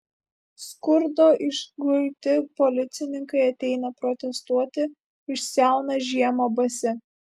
skurdo išguiti policininkai ateina protestuoti išsiauna žiemą basi